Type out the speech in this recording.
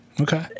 Okay